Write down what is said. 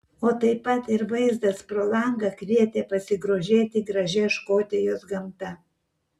o taip pat ir vaizdas pro langą kvietė pasigrožėti gražia škotijos gamta